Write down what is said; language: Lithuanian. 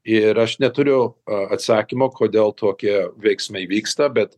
ir aš neturiu atsakymo kodėl tokie veiksmai vyksta bet